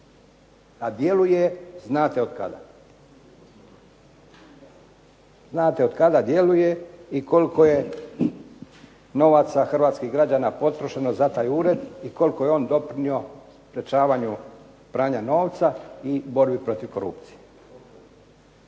a djeluje znate od kada, znate od kada djeluje i koliko je novaca hrvatskih građana potrošeno za taj ured i koliko je on doprinio sprječavanju pranja novca i borbi protiv korupcije.